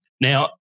Now